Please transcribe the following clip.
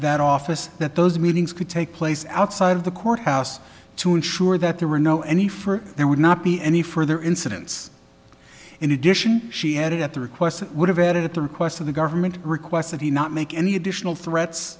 that office that those meetings could take place outside of the courthouse to ensure that there were no any for there would not be any further incidents in addition she added at the request it would have added at the request of the government requests that he not make any additional threats